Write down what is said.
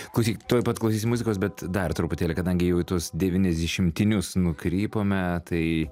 klausyk tuoj pat klausysim muzikos bet dar truputėlį kadangi jau į tuos devyniasdešimtinius nukrypome tai